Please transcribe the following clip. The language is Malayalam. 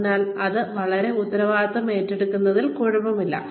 അതിനാൽ ഇത് വരെ ഉത്തരവാദിത്തം ഏറ്റെടുക്കുന്നതിൽ കുഴപ്പമില്ല